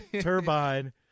Turbine